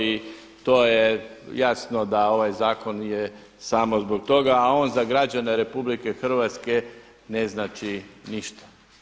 I to je jasno da ovaj zakon je samo zbog toga a on za građane RH ne znači ništa.